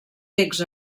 becs